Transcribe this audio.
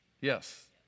Yes